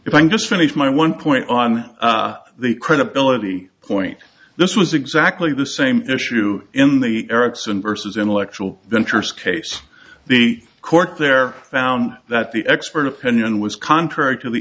if i just finish my one point on the credibility point this was exactly the same issue in the ericsson vs intellectual ventures case the court there found that the expert opinion was contrary to the